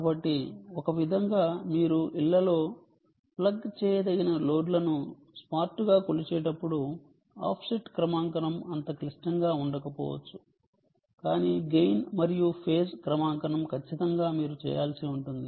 కాబట్టి ఒక విధంగా మీరు ఇళ్లలో ప్లగ్ చేయదగిన లోడ్లను స్మార్ట్ గా కొలిచేటప్పుడు ఆఫ్సెట్ క్రమాంకనం అంత క్లిష్టంగా ఉండకపోవచ్చు కాని గెయిన్ మరియు ఫేజ్ క్రమాంకనం ఖచ్చితంగా మీరు చేయాల్సి ఉంటుంది